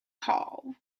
call